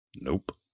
Nope